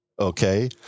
Okay